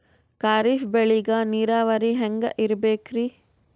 ಖರೀಫ್ ಬೇಳಿಗ ನೀರಾವರಿ ಹ್ಯಾಂಗ್ ಇರ್ಬೇಕರಿ?